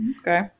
Okay